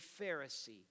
Pharisee